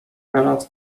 teraz